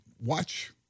watch